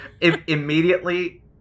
immediately